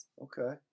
Okay